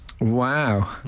Wow